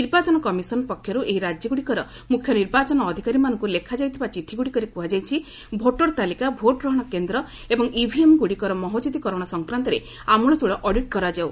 ନିର୍ବାଚନ କମିଶନ ପକ୍ଷରୁ ଏହି ରାଜ୍ୟଗୁଡ଼ିକର ମୁଖ୍ୟ ନିର୍ବାଚନ ଅଧିକାରୀମାନଙ୍କୁ ଲେଖାଯାଇଥିବା ଚିଠିଗୁଡ଼ିକରେ କୁହାଯାଇଛି ଭୋଟର ତାଲିକା ଭୋଟ୍ ଗ୍ରହଣ କେନ୍ଦ୍ର ଏବଂ ଇଭିଏମ୍ଗୁଡ଼ିକର ମହକ୍ତଦୀକରଣ ସଂକ୍ରାନ୍ତରେ ଆମ୍ଳଚଳ ଅଡିଟ୍ କରାଯାଉ